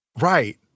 Right